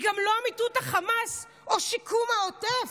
היא גם לא מיטוט החמאס או שיקום העוטף,